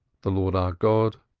the lord our god,